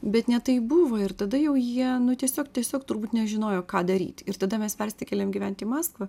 bet ne taip buvo ir tada jau jie tiesiog tiesiog turbūt nežinojo ką daryti ir tada mes persikėlėm gyvent į maskvą